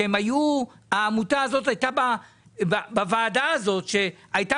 והעמותה הזאת הייתה בוועדה הזאת והייתה